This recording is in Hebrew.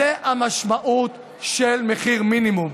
זו המשמעות של מחיר מינימום.